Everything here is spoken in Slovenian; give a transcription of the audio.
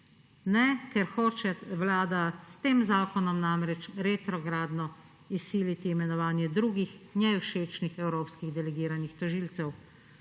ne, ker hoče Vlada s tem zakonom namreč retrogradno izsiliti imenovanje drugih, njej všečnih evropskih delegiranih tožilcev.